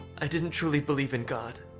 i didn't truly believe in god.